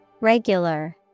Regular